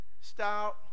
stout